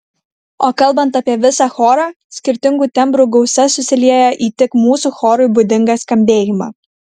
o kalbant apie visą chorą skirtingų tembrų gausa susilieja į tik mūsų chorui būdingą skambėjimą